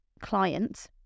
client